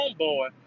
homeboy